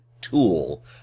tool